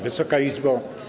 Wysoka Izbo!